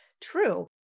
true